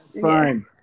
Fine